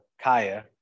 Kaya